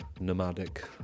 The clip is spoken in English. nomadic